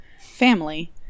family